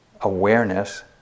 awareness